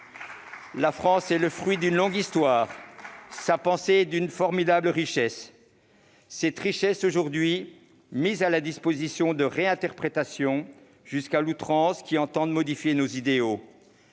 La France est le fruit d'une longue histoire, sa pensée est d'une formidable richesse. Cette richesse est aujourd'hui mise à la disposition de réinterprétations, poussées à outrance, destinées à modifier nos idéaux.